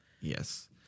Yes